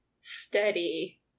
steady